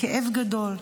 כאב גדול.